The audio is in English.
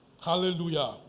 Hallelujah